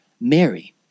Mary